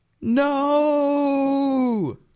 No